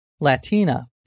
Latina